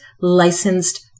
licensed